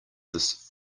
this